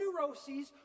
neuroses